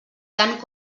tant